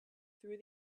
through